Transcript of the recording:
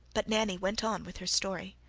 but nanny went on with her story.